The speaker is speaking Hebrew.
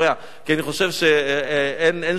כי אני חושב שאין שום השוואה.